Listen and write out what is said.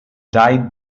died